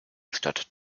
stadt